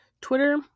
Twitter